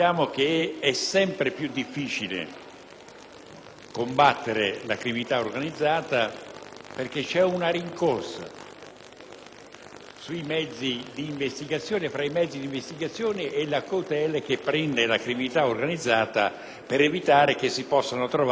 difficile combattere la criminalità organizzata perché c'è una rincorsa tra i mezzi di investigazione e le cautele prese dalla criminalità organizzata per evitare che si possano trovare prove a suo carico.